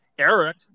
Eric